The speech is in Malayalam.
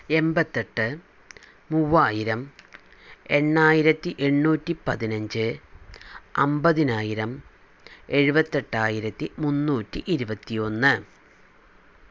എൺപത്തെട്ട് മുവ്വായിരം എണ്ണായിരത്തി എണ്ണൂറ്റി പതിനഞ്ച് അൻപതിനായിരം എഴുപത്തെട്ടായിരത്തി മുന്നൂറ്റി ഇരുപത്തി ഒന്ന്